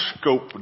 scope